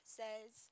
says